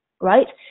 Right